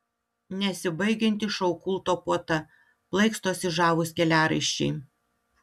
nesibaigianti šou kulto puota plaikstosi žavūs keliaraiščiai